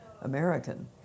American